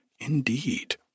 indeed